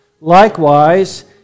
Likewise